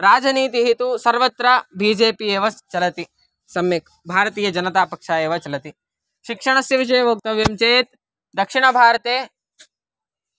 राजनीतिः तु सर्वत्र बि जे पी एव चलति सम्यक् भारतीयजनतापक्षः एव चलति शिक्षणस्य विषये वक्तव्यं चेत् दक्षिणभारते